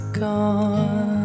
gone